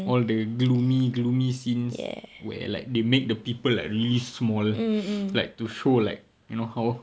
all the gloomy gloomy scenes where like they make the people like really small like to show like you know how